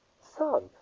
Son